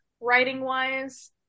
writing-wise